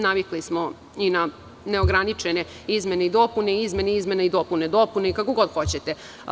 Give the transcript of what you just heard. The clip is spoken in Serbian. Navikli smo i na neograničene izmene i dopune, izmene izmena i dopuna i kako god hoćete.